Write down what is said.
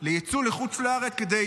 ליצוא לחוץ לארץ, כדי